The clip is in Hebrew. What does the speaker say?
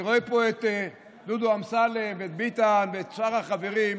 אני רואה פה את דודו אמסלם ואת ביטן ואת שאר החברים.